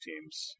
teams